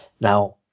Now